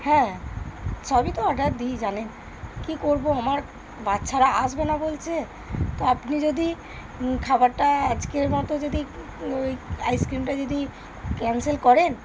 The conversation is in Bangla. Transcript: হ্যাঁ সবই তো অর্ডার দিই জানেন কী করব আমার বাচ্চারা আসবে না বলছে তো আপনি যদি খাবারটা আজকের মতো যদি ওই আইসক্রিমটা যদি ক্যানসেল করেন